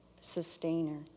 sustainer